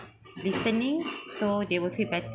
listening so they will feel better